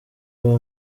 bampa